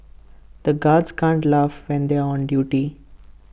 the guards can't laugh when they are on duty